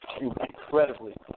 incredibly